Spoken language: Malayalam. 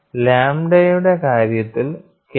അതിനാൽ lambda 1 by 18 pi KI sigma ys whole squared ആകുന്നു